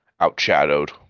outshadowed